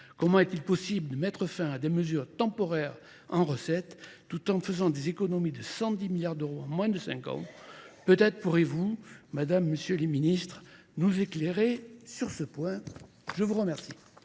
Comment est-il possible de mettre fin à des mesures temporaires en recette tout en faisant des économies de 110 milliards d'euros en moins de 50 Peut-être pourrez-vous, Madame, Monsieur le Ministre, nous éclairer sur ce point. Je vous remercie.